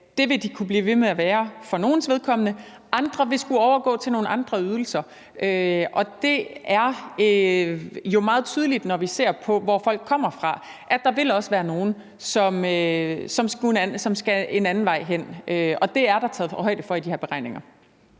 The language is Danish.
vedkommende kunne blive ved med at være, mens andre vil skulle overgå til nogle andre ydelser, og det er jo meget tydeligt, når vi ser på, hvor folk kommer fra, at der også vil være nogle, som skal gå en anden vej, og det er der taget højde for i de her beregninger.